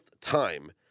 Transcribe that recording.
time